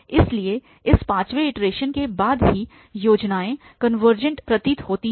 इसलिए इस पांचवें इटरेशन के बाद ही योजनाएँ कनवर्जेंट प्रतीत होती हैं